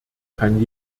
kann